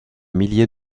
milliers